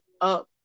up